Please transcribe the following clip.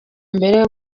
mbere